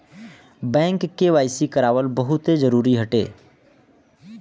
bank KYC करावल बहुते जरुरी हटे